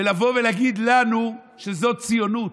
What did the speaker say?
ולבוא ולהגיד לנו שזאת ציונות?